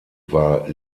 war